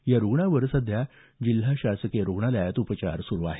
या रुग्णावर सध्या जिल्हा शासकीय रूग्णालयात उपचार सुरू आहेत